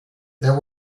there